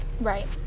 Right